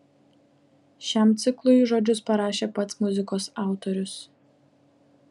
šiam ciklui žodžius parašė pats muzikos autorius